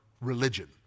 religion